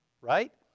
right